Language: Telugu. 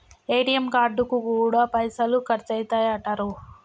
ఏ.టి.ఎమ్ కార్డుకు గూడా పైసలు ఖర్చయితయటరో